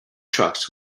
trucks